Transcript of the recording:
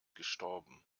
gestorben